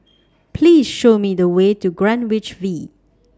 Please Show Me The Way to Greenwich V